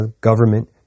government